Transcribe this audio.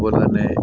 അതുപോലെതന്നെ